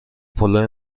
پلو